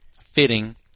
fitting